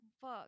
Fuck